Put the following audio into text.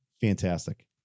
Fantastic